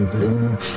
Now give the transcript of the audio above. Blue